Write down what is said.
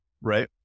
Right